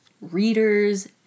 readers